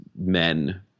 men